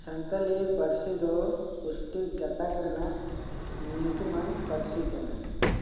ᱥᱟᱱᱛᱟᱞᱤ ᱯᱟᱹᱨᱥᱤ ᱫᱚ ᱚᱥᱴᱨᱤᱠ ᱜᱟᱛᱟᱠ ᱨᱮᱱᱟᱜ ᱧᱩᱛᱩᱢᱟᱱ ᱯᱟᱹᱨᱥᱤ ᱠᱟᱱᱟ